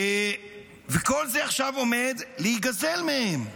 וכל זה עכשיו עומד להיגזל מהם.